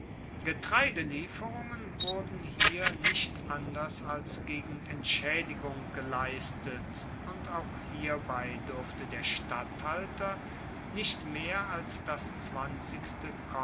getreidelieferungen wurden hier nicht anders als gegen entschaedigung geleistet und auch hierbei durfte der statthalter nicht mehr als das zwanzigste